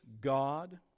God